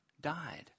died